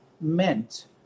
meant